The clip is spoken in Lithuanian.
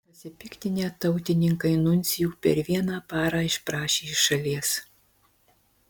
pasipiktinę tautininkai nuncijų per vieną parą išprašė iš šalies